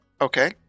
Okay